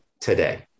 today